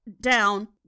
down